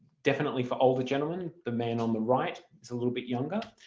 definitely for older gentlemen. the man on the right is a little bit younger.